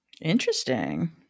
Interesting